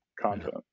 content